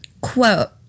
quote